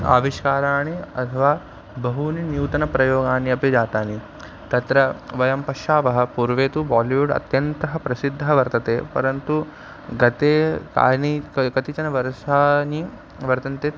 आविष्काराणि अथवा बहूनि नूतनप्रयोगाणि अपि जातानि तत्र वयं पश्यावः पूर्वे तु बोलिवुड् अत्यन्तः प्रसिद्धः वर्तते परन्तु गते कानि क कतिचन वर्षाणि वर्तन्ते